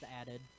added